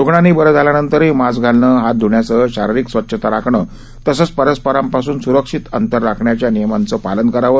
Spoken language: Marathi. रुग्णांनी बरे झाल्यानंतरही मास्क घालणं हात धृण्यासह शारिरिक स्वच्छता राखणं तसंच परस्परांपासून स्रक्षित अंतर राखण्याच्या नियमांचं पालन करावं